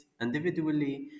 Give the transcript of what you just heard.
individually